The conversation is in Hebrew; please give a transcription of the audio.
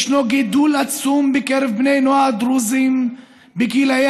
ישנו גידול עצום בקרב בני נוער דרוזים בגילאי